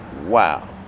Wow